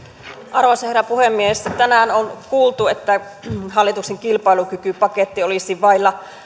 arvoisa herra puhemies tänään on kuultu että hallituksen kilpailukykypaketti olisi vailla